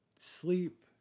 sleep